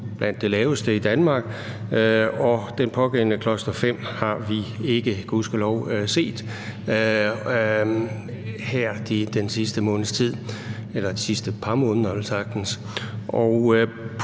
blandt de laveste i Danmark, og den pågældende cluster-5 har vi gudskelov ikke set her den sidste måneds tid – eller de sidste par måneder